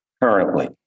currently